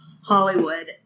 Hollywood